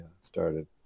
started